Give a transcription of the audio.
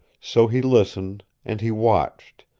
so he listened, and he watched,